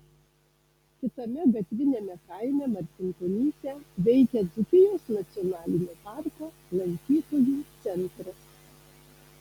kitame gatviniame kaime marcinkonyse veikia dzūkijos nacionalinio parko lankytojų centras